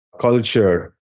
culture